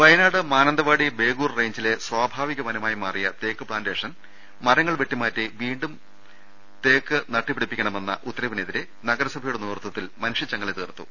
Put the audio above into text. വയനാട് മാന്തവാടി ബേഗൂർ റെയ്ഞ്ചിലെ സ്വാഭാവിക വന മായി മാറിയ തേക്ക് പ്ലാന്റേഷൻ മരങ്ങൾ വെട്ടിമാറ്റി വീണ്ടും തേക്ക് നട്ട് പിടിപ്പിക്കണമെന്ന ഉത്തരവിനെതിരെ നഗരസഭയുടെ നേതൃത്വത്തിൽ മനുഷ്യച്ചങ്ങല തീർത്തു